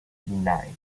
nine